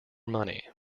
money